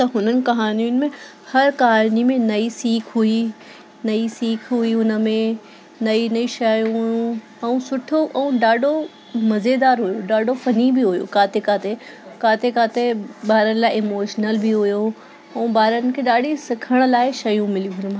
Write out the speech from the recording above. त हुननि कहानियुनि में हर कहानी में नई सीख हुई नई सीख हुई हुन में नई नई शइ हुयूंं ऐं सुठो ऐं ॾाढो मज़ेदार हुयो ॾाढो फनी बि हुयो किथे किथे किथे किथे ॿारनि लाइ इमोशनल बि हुयो ऐं ॿारनि खे ॾाढी सिखण लाइ शयूं मिलियूं हुन मां